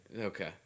Okay